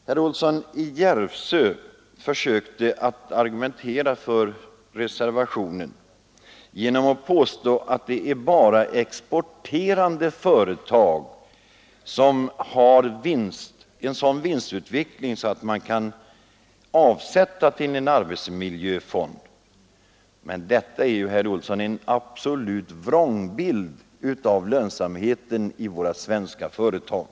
Herr Olsson i Järvsö försökte argumentera för reservationen genom att påstå att det är bara exporterande företag som har en sådan vinstutveckling att de kan avsätta till en arbetsmiljöfond. Men detta, herr Olsson, är en absolut vrångbild av lönsamheten i svenska företag.